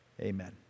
Amen